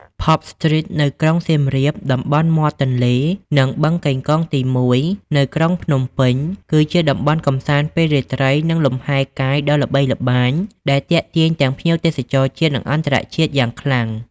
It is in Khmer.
Pub Street នៅក្រុងសៀមរាប តំបន់មាត់ទន្លេ និងបឹងកេងកងទី១ នៅក្រុងភ្នំពេញ គឺជាតំបន់កម្សាន្តពេលរាត្រី និងលំហែកាយដ៏ល្បីល្បាញ ដែលទាក់ទាញទាំងភ្ញៀវទេសចរជាតិ និងអន្តរជាតិយ៉ាងខ្លាំង។